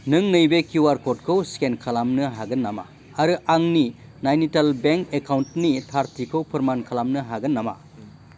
नों नैबे Q R क'डखौ स्केन खलामनो हागोन नामा आरो आंनि नाइनिटाल बेंक एकाउन्टनि थारथिखौ फोरमान हागोन नामा